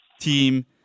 team